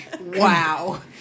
Wow